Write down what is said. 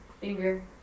finger